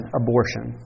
abortion